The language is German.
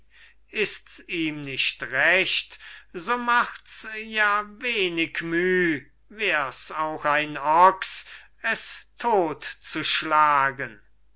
ists ihm nicht recht so machts ja wenig müh wärs auch ein ochs es tot zu